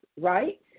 right